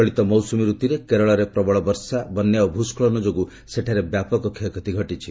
ଚଳିତ ମୌସୁମୀ ରତ୍ରେ କେରଳର ପ୍ରବଳ ବର୍ଷା ବନ୍ୟା ଓ ଭୂସ୍କଳନ ଯୋଗୁଁ ସେଠାରେ ବ୍ୟାପକ କ୍ଷତି ଘଟିଛି